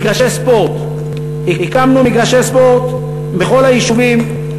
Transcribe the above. מגרשי ספורט, הקמנו מגרשי ספורט בכל היישובים,